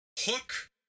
Hook